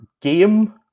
game